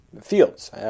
fields